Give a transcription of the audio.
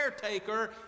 caretaker